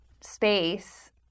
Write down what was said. space